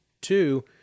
two